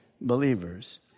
believers